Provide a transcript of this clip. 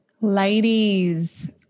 Ladies